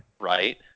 Right